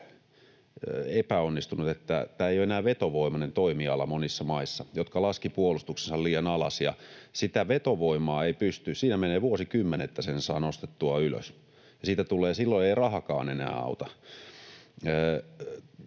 sen takia, että tämä ei ole enää vetovoimainen toimiala monissa maissa, jotka laskivat puolustuksensa liian alas, ja sitä vetovoimaa ei pysty... Siinä menee vuosikymmen, että sen saa nostettua ylös. Silloin ei rahakaan enää auta.